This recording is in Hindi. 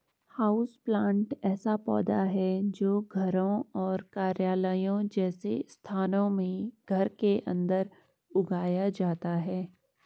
हाउसप्लांट ऐसा पौधा है जो घरों और कार्यालयों जैसे स्थानों में घर के अंदर उगाया जाता है